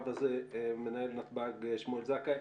מנהל נתב"ג שמואל זכאי,